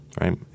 right